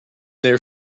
their